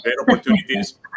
opportunities